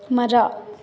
ಮರ